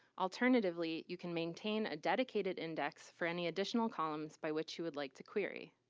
alternatively you can maintain a dedicated index for any additional columns by which you would like to query.